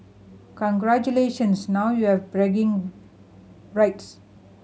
congratulations now you have bragging rights